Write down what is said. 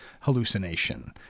hallucination